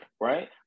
right